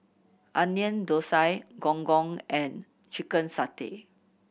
Onion Thosai Gong Gong and chicken satay